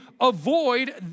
avoid